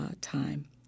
time